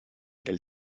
del